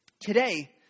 Today